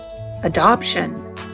adoption